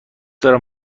دارم